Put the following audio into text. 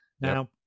Now